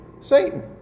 Satan